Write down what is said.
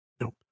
Nope